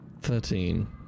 Thirteen